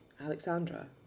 Alexandra